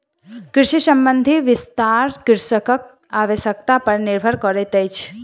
कृषि संबंधी विस्तार कृषकक आवश्यता पर निर्भर करैतअछि